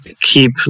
keep